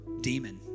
demon